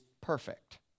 perfect